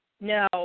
no